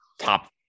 top